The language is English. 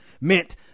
meant